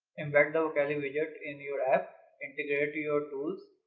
embed the vocally widget in your app. integrate your tools.